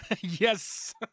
Yes